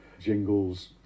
jingles